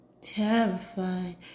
terrified